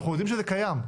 אנחנו יודעים שזה קיים.